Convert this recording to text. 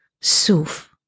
Suf